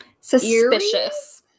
Suspicious